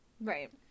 Right